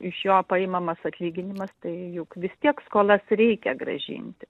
iš jo paimamas atlyginimas tai juk vis tiek skolas reikia grąžinti